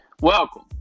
welcome